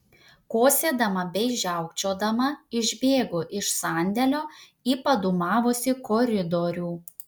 kosėdama bei žiaukčiodama išbėgu iš sandėlio į padūmavusį koridorių